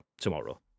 tomorrow